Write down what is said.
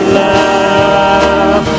love